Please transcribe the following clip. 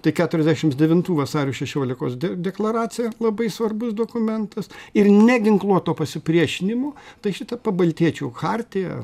tai keturiasdešims devintų vasario šešiolikos deklaracija labai svarbus dokumentas ir neginkluoto pasipriešinimo tai šita pabaltijiečių chartija ar